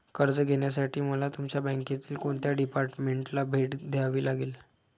कर्ज घेण्यासाठी मला तुमच्या बँकेतील कोणत्या डिपार्टमेंटला भेट द्यावी लागेल?